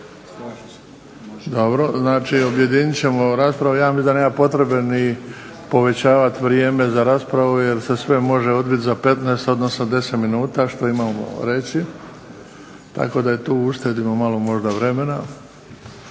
i 715. Znači objedinjavat ćemo raspravu, mislim da nema potrebe povećavati vrijeme za raspravu jer sve može odviti za 10 minuta što imamo reći. Tako da tu uštedimo malo vremena